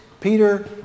Peter